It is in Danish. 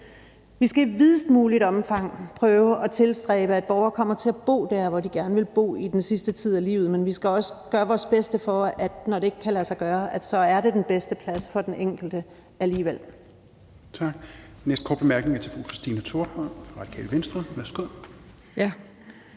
Vi skal i videst muligt omfang prøve at tilstræbe, at borgere kommer til at bo der, hvor de gerne vil bo i den sidste tid af livet, men vi skal også gøre vores bedste for, at når det ikke kan lade sig gøre, er det den bedste plads for den enkelte alligevel.